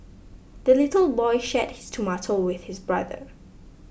the little boy shared his tomato with his brother